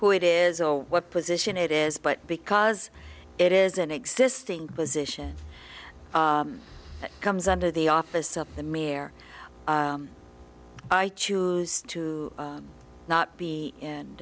who it is or what position it is but because it is an existing position it comes under the office of the mere i choose to not be in